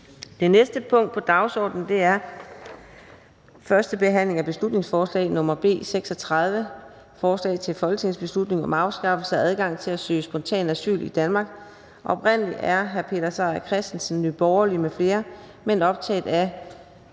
Det næste punkt på dagsordenen er: 19) 1. behandling af beslutningsforslag nr. B 36: Forslag til folketingsbeslutning om afskaffelse af adgang til at søge spontant asyl i Danmark. Af Peter Seier Christensen (NB) m.fl. (Fremsættelse